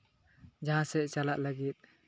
ᱡᱟᱦᱟᱸ ᱥᱮᱫ ᱪᱟᱞᱟᱜ ᱞᱟᱹᱜᱤᱫ